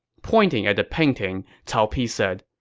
pointing at the painting, cao pi said,